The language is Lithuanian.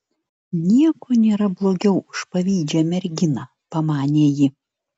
nieko nėra blogiau už pavydžią merginą pamanė ji